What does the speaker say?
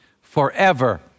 forever